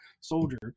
soldier